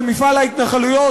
של מפעל ההתנחלויות,